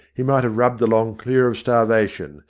he might have rubbed along clear of starvation,